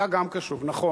אתה גם קשוב, נכון.